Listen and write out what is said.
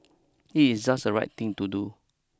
it is just the right thing to do